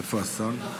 איפה השר?